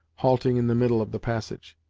halting in the middle of the passage.